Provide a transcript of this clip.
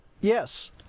Yes